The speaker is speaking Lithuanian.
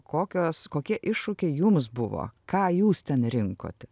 kokios kokie iššūkiai jums buvo ką jūs ten rinkot